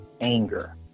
Anger